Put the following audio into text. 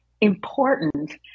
important